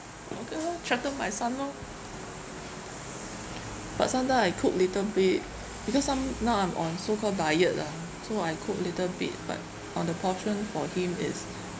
okay lor threaten my son lor but some time I cook little bit because some now I'm on so call diet ah so I cook little bit but on the portion for him is